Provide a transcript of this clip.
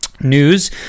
news